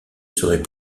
serait